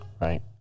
Right